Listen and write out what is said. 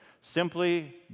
Simply